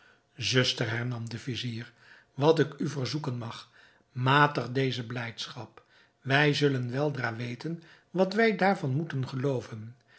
zuster hernam de vizier wat ik u verzoeken mag matig deze blijdschap wij zullen weldra weten wat wij daarvan moeten gelooven